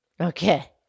Okay